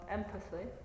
empathy